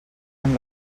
amb